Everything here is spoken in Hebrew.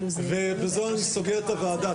ובזאת אני סוגר את הוועדה,